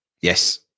Yes